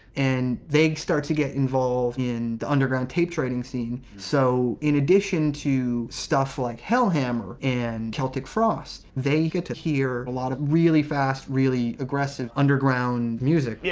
and they start to get involved in the underground tape trading scene, so. in addition to stuff like hellhammer and celtic frost, they get to hear a lot of really fast, really aggressive underground music. yeah